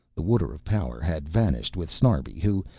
the water-of-power had vanished with snarbi who,